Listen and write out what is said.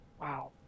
Wow